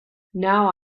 now